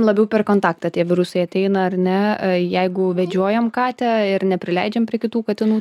labiau per kontaktą tie virusai ateina ar ne jeigu vedžiojam katę ir neprileidžiam prie kitų katinų